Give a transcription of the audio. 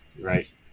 right